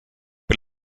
per